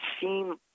seem